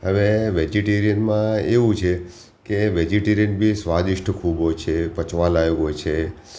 હવે વેજિટેરિયનમાં એવું છે કે વેજીટેરિયન બી સ્વાદિષ્ટ ખૂબ હોય છે પચવાલાયક હોય છે